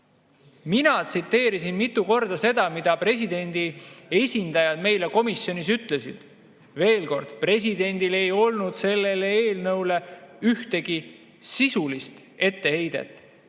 Mina tsiteerisin mitu korda seda, mida presidendi esindajad meile komisjonis ütlesid. Veel kord: presidendil ei olnud selle eelnõu kohta ühtegi sisulist etteheidet.